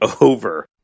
over